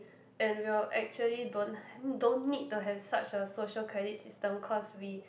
and we'll actually don't don't need to have such a social credit system cause we